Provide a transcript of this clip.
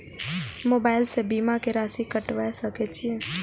Mobile से बीमा के राशि कटवा सके छिऐ?